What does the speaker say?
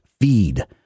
feed